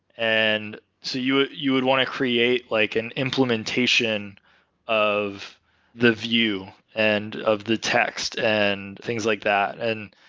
and so you ah you would want to create like an implementation of the view and of the text and things like that and.